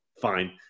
fine